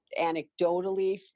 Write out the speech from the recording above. anecdotally